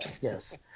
Yes